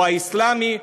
הוא אסלאמי,